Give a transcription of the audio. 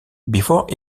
before